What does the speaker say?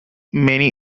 many